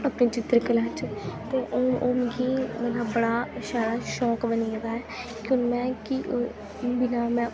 अपनी चित्तर कला च ते हून ओह् मिगी मतलब बड़ा शैल शौंक बनी गेदा ऐ क्यों में कि ओह् बिना में